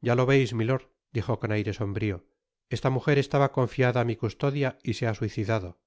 ya lo veis milord dijo con aire sombrio esta mujer estaba confiada a mi custodia y se ha suicidado